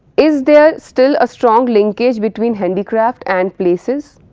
is there still a strong linkage between handicraft and places?